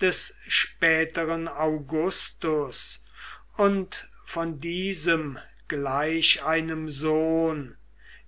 des späteren augustus und von diesem gleich einem sohn